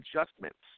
adjustments